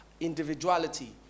individuality